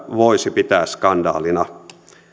voisi pitää skandaalina